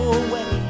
away